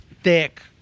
thick